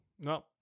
No